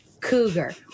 cougar